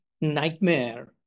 nightmare